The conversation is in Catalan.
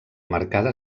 marcada